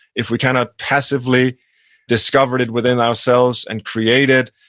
if we cannot passively discover it within ourselves and create it,